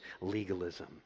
legalism